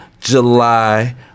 July